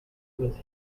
was